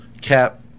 cap